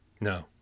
no